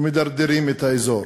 ומדרדרים את האזור.